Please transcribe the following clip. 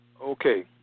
okay